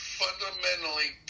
fundamentally